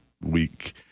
week